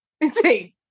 Insane